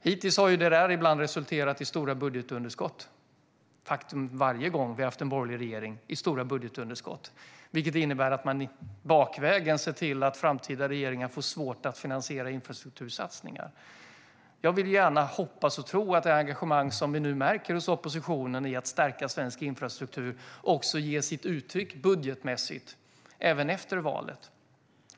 Hittills har det - varje gång som vi har haft en borgerlig regering - ibland resulterat i stora budgetunderskott. Det innebär att man bakvägen har sett till att framtida regeringar får svårt att finansiera infrastruktursatsningar. Jag vill gärna hoppas och tro att det engagemang som vi nu märker hos oppositionen för att stärka svensk infrastruktur också kommer till uttryck budgetmässigt, även efter valet.